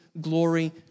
Glory